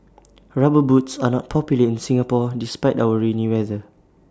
rubber boots are not popular in Singapore despite our rainy weather